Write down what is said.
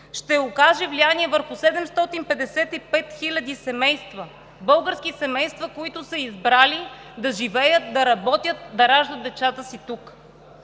ще окаже влияние върху 755 хиляди български семейства, които са избрали да живеят, да работят, да раждат децата си тук.